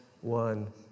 one